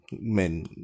men